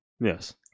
Yes